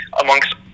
amongst